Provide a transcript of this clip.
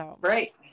Right